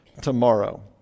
tomorrow